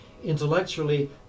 Intellectually